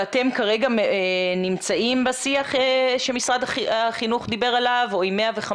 אתם כרגע נמצאים בשיח שמשרד החינוך דיבר עליו או עם 105?